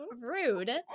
Rude